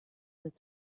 mit